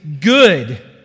good